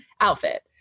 outfit